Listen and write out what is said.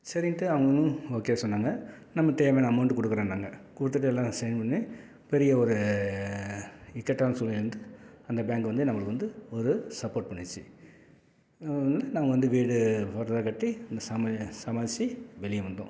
சரின்ட்டு அவங்களும் ஓகே சொன்னாங்க நமக்கு தேவையான அமௌண்ட் கொடுக்குறேன்னாங்க கொடுத்துட்டு எல்லாம் சைன் பண்ணி பெரிய ஒரு இக்கட்டான சூழ்நிலையில் வந்து அந்த பேங்க்கு வந்து நம்மளுக்கு வந்து ஒரு சப்போட் பண்ணுச்சு வந்து நாங்கள் வந்து வீடு கட்டி சமய சமாளித்து வெளியே வந்தோம்